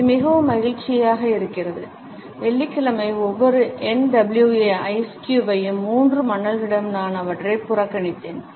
இது மிகவும் மகிழ்ச்சியாக இருந்தது வெள்ளிக்கிழமை ஒவ்வொரு NWA ஐஸ் க்யூபையும் மூன்று மன்னர்களிடமும் நான் அவற்றை புறக்கணித்தேன்